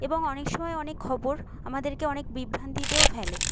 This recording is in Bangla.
এবং অনেক সময় অনেক খবর আমাদেরকে অনেক বিভ্রান্তিতেও ফেলে